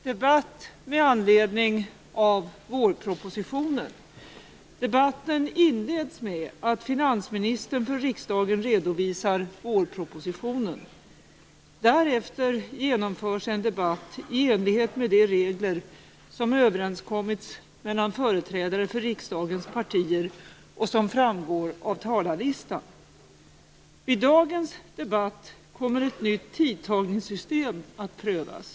Debatten inleds med att finansministern för riksdagen redovisar vårpropositionen. Därefter genomförs en debatt i enlighet med de regler som överenskommits mellan företrädare för riksdagens partier och som framgår av talarlistan. Vid dagens debatt kommer ett nytt tidtagningssystem att prövas.